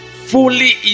fully